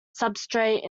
substrate